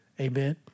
Amen